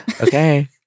okay